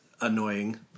annoying